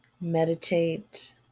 meditate